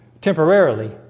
temporarily